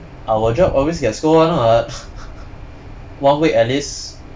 our job always get scold [one] [what] one week at least